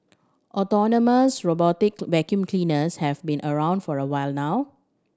autonomous robotic vacuum cleaners have been around for a while now